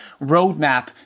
roadmap